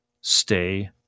stay